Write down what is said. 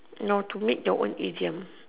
no to make your own idiom